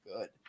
good